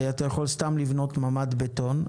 אתה יכול סתם לבנות ממ"ד בטון,